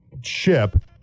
ship